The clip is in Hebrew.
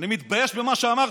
במה שאמרת.